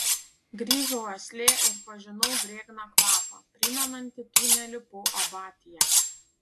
grįžo uoslė ir pažinau drėgną kvapą primenantį tunelį po abatija